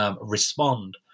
Respond